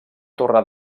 torre